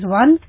one